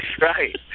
Right